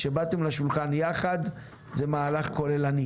כשבאתם לשולחן ביחד זה מהלך כוללני.